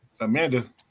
Amanda